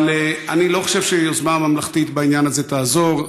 אבל אני לא חושב שיוזמה ממלכתית בעניין הזה תעזור.